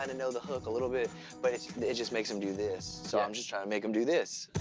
and know the hook a little bit, but it just makes them do this. so i'm just trying to make em do this.